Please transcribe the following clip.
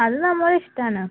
അത് നമ്മുടെ ഇഷ്ടമാണ്